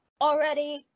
already